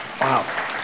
Wow